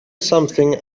something